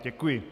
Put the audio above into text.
Děkuji.